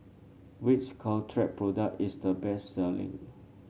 which Caltrate product is the best selling